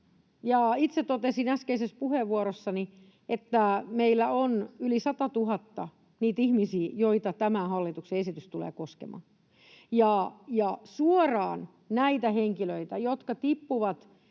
Itse totesin äskeisessä puheenvuorossani, että meillä on yli 100 000 niitä ihmisiä, joita tämä hallituksen esitys tulee koskemaan, ja suoraan näitä henkilöitä, jotka tippuvat